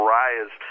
rise